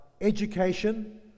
education